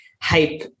hype